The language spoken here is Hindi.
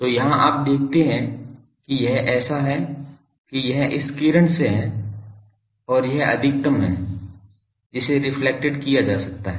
तो यहाँ आप देखते हैं कि यह ऐसा है कि यह इस किरण से है और यह अधिकतम है जिसे रेफ्लेक्टेड किया जा सकता है